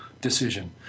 decision